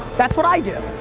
that's what i do,